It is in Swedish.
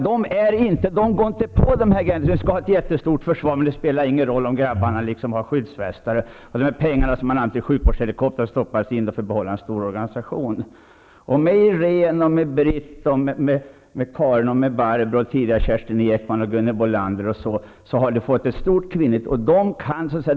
De går inte på sådana saker som att det skall vara ett jättestort försvar men att det inte spelar någon roll om grabbarna har skyddsvästar eller att pengarna som anslås till sjukvårdshelikoptrar stoppas in för att behålla en stor organisation. Med Iréne, Britt, Gunhild Bolander har vi fått ett stort kvinnligt tillskott.